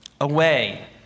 away